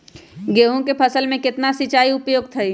गेंहू के फसल में केतना सिंचाई उपयुक्त हाइ?